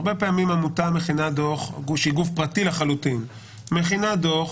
הרבה פעמים עמותה המכינה דוח היא גוף פרטי לחלוטין מכינה הדו"ח